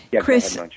Chris